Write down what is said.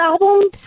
album